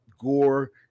gore